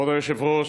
כבוד היושב-ראש,